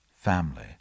family